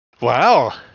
Wow